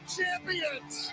champions